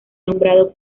nombrado